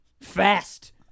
Fast